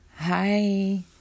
Hi